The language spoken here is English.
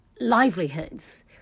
livelihoods